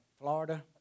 Florida